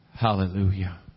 Hallelujah